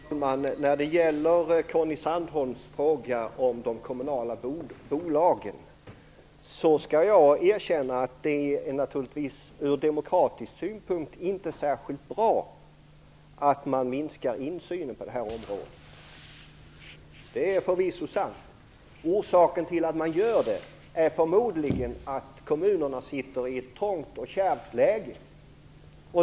Fru talman! När det gäller Conny Sandholms fråga om de kommunala bolagen skall jag erkänna att det ur demokratisk synpunkt naturligtvis inte är särskilt bra att man minskar insynen på området. Det är förvisso sant. Orsaken till att man gör det är förmodligen att kommunerna är i ett trångt och kärvt läge.